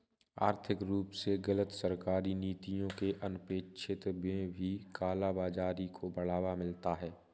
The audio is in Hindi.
आर्थिक रूप से गलत सरकारी नीतियों के अनपेक्षित में भी काला बाजारी को बढ़ावा मिलता है